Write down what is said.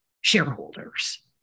shareholders